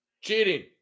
cheating